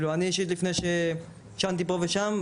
לפני שעישנתי פה ושם,